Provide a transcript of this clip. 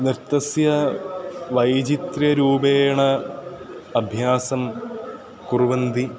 नृत्तस्य वैचित्र्यरूपेण अभ्यासं कुर्वन्ति